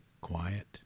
quiet